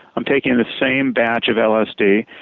i'm taking the same batch of lsd.